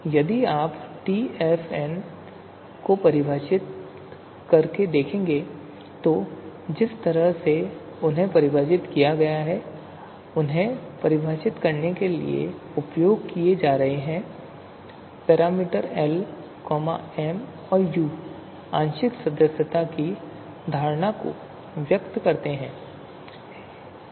यदि आप टीएफएन की परिभाषा को देखें तो जिस तरह से उन्हें परिभाषित किया गया है उन्हें परिभाषित करने के लिए उपयोग किए जा रहे पैरामीटर एल एम और यू आंशिक सदस्यता की धारणा को व्यक्त करते हैं